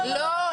לא.